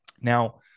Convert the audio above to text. Now